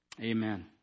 Amen